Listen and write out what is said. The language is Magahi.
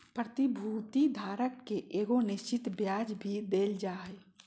प्रतिभूति धारक के एगो निश्चित ब्याज भी देल जा हइ